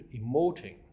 emoting